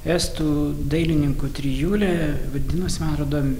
estų dailininkų trijulė vadinosi man rodo